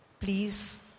Please